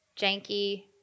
janky